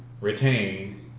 retain